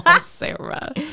Sarah